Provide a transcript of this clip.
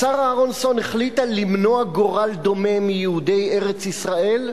שרה אהרונסון החליטה למנוע גורל דומה מיהודי ארץ-ישראל,